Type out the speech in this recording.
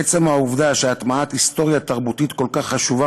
עצם העובדה שהטמעת היסטוריה תרבותית כל כך חשובה